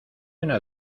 una